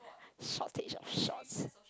shortage of shorts